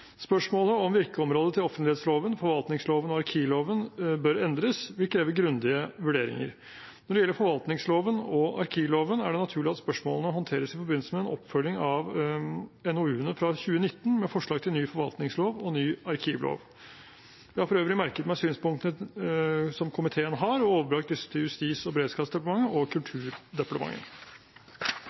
Spørsmålet om hvorvidt virkeområdet til offentlighetsloven, forvaltningsloven og arkivloven bør endres, vil kreve grundige vurderinger. Når det gjelder forvaltningsloven og arkivloven, er det naturlig at spørsmålene håndteres i forbindelse med en oppfølging av NOU-ene fra 2019 med forslag til ny forvaltningslov og ny arkivlov. Jeg har for øvrig merket meg synspunktene som komiteen har, og overbrakt disse til Justis- og beredskapsdepartementet og Kulturdepartementet.